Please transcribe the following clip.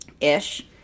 ish